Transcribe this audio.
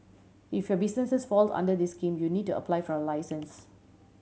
if your businesses fall under this scheme you need to apply for a license